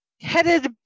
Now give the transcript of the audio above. headed